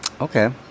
Okay